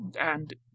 and